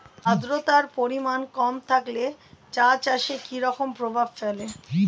আদ্রতার পরিমাণ কম থাকলে চা চাষে কি রকম প্রভাব ফেলে?